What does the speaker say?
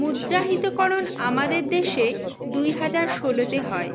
মুদ্রাহিতকরণ আমাদের দেশে দুই হাজার ষোলোতে হয়